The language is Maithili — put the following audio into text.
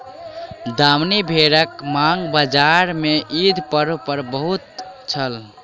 दामनी भेड़क मांग बजार में ईद पर्व पर बहुत छल